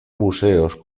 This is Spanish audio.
museos